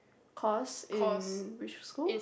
cause in which school